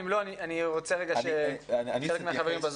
ואם לא אני רוצה לשמוע חלק מהחברים בזום.